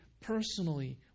personally